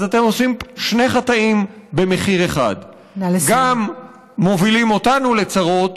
אז אתם עושים שני חטאים במחיר אחד: גם מובילים אותנו לצרות,